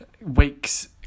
weeks